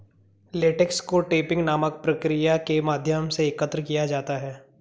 latex को tapping नामक प्रक्रिया के माध्यम से एकत्र किया जाता है